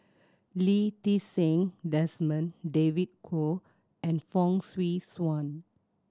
Lee Ti Seng Desmond David Kwo and Fong Swee Suan